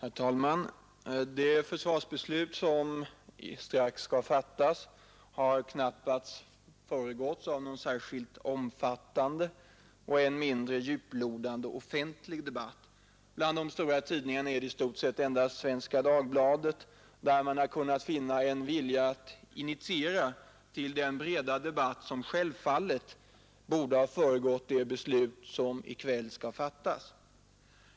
Herr talman! Det försvarsbeslut som strax skall fattas har knappast föregåtts av någon särskilt omfattande och än mindre djuplodande offentlig debatt. Bland de stora tidningarna är det i stort sett endast i Svenska Dagbladet man har kunnat finna en verklig vilja att initiera till den breda debatt som självfallet borde ha föregått det beslut vi i kväll skall fatta.